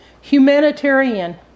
humanitarian